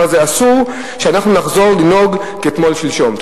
אסור שאנחנו נחזור לנהוג כתמול שלשום.